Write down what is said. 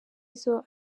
izo